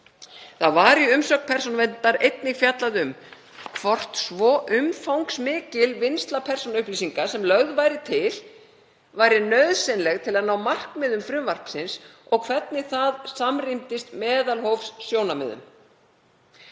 Þá var í umsögn Persónuverndar einnig fjallað um hvort svo umfangsmikil vinnsla persónuupplýsinga sem lögð væri til væri nauðsynleg til að ná markmiðum frumvarpsins og hvernig það samrýmdist meðalhófssjónarmiðum.